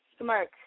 smirk